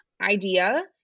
idea